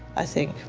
i think.